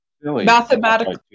mathematically